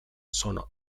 sono